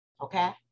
Okay